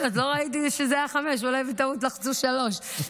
לא ראיתי שזה היה חמש, אולי בטעות לחצו שלוש דקות.